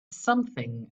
something